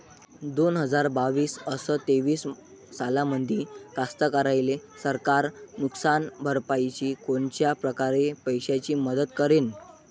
दोन हजार बावीस अस तेवीस सालामंदी कास्तकाराइले सरकार नुकसान भरपाईची कोनच्या परकारे पैशाची मदत करेन?